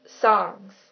songs